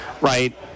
right